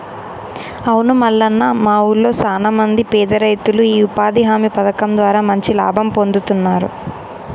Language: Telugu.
అవును మల్లన్న మా ఊళ్లో సాన మంది పేద రైతులు ఈ ఉపాధి హామీ పథకం ద్వారా మంచి లాభం పొందుతున్నారు